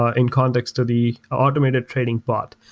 ah in context of the automated trading bot,